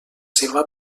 seva